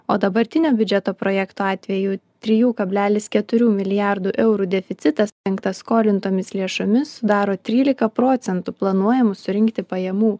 o dabartinio biudžeto projekto atveju trijų kablelis keturių milijardų eurų deficitas dengtas skolintomis lėšomis sudaro trylika procentų planuojamų surinkti pajamų